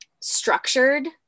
structured